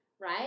right